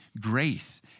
grace